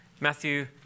Matthew